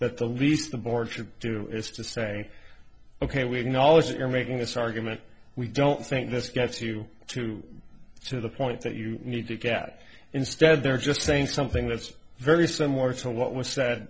that the least the board should do is to say ok we acknowledge you're making this argument we don't think this gets you to to the point that you need to get instead they're just saying something that's very similar to what was said